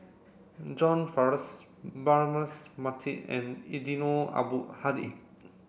John Braema Mathi and Eddino Abdul Hadi